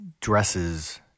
dresses